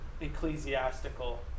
ecclesiastical